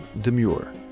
Demure